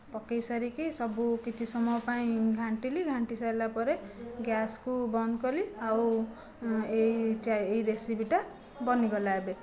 ପକେଇ ସାରିକି ସବୁ କିଛି ସମୟ ପାଇଁ ଘାଣ୍ଟିଲି ଘାଣ୍ଟି ସାରିଲା ପରେ ଗ୍ୟାସ୍କୁ ବନ୍ଦ କଲି ଆଉ ଏହି ଏହି ରେସିପିଟା ବନିଗଲା ଏବେ